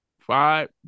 Five